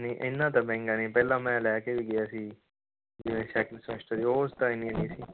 ਨਹੀਂ ਇੰਨਾਂ ਤਾਂ ਮਹਿੰਗਾ ਨਹੀਂ ਪਹਿਲਾਂ ਮੈਂ ਲੈ ਕੇ ਵੀ ਗਿਆ ਸੀ ਜਿਵੇਂ ਸੈਕਿੰਡ ਸਮੈਸਟਰ ਉਸ ਟਾਈਮ ਹੀ ਨਹੀਂ ਸੀ